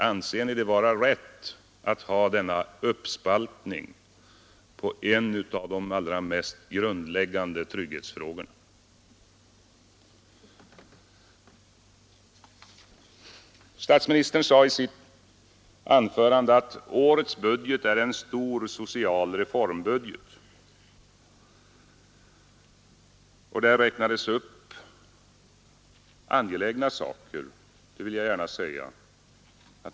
Anser ni det vara rätt att ha denna uppspaltning i en av de mest grundläggande trygghetsfrågorna? Statsministern sade i sitt anförande att årets budget är en stor social reformbudget. Jag vill gärna säga att det räknades upp angelägna saker.